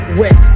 wet